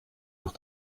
noch